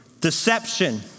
Deception